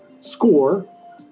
score